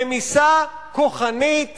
רמיסה כוחנית